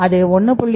அது 1